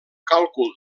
càlcul